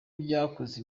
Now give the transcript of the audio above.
byakoze